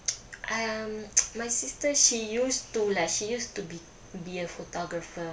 I um my sister she used to lah she used to be be a photographer